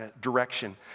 direction